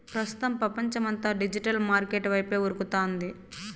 ప్రస్తుతం పపంచమంతా digital market వైపే ఉరకతాంది